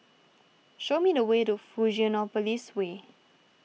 show me the way to Fusionopolis Way